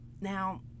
Now